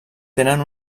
tenen